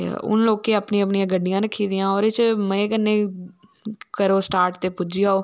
ते हून लोकें अपनी अपनियां गड्डियां रक्की दियां ओह्दे च मज़े कन्ने करो स्टार्ट ते पुज्जी जाओ